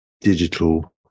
digital